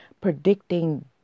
predicting